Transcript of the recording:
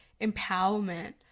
empowerment